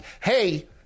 hey